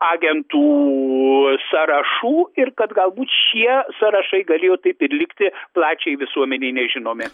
agentų sąrašų ir kad galbūt šie sąrašai galėjo taip ir likti plačiai visuomenei nežinomi